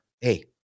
hey